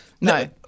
No